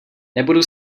nebudu